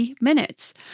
minutes